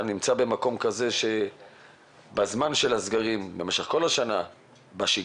אתה נמצא במקום כזה שבזמן של הסגרים ובמשך כל השנה בשגרה